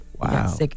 Wow